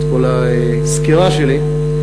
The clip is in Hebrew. את כל הסקירה שלי.